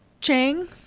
Chang